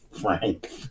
Frank